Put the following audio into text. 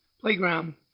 playground